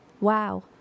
Wow